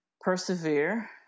Persevere